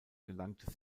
gelangte